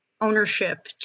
ownership